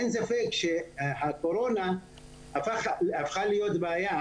אין ספק שהקורונה הפכה להיות בעיה,